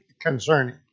concerning